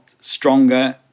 stronger